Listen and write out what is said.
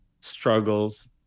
struggles